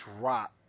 Rock